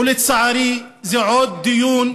ולצערי, זה עוד דיון.